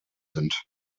sind